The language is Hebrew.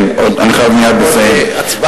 כן, אני חייב מייד לסיים, עוד הצבעה.